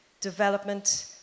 development